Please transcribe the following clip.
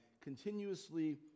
continuously